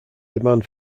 demand